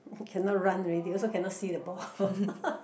cannot run already also cannot see the ball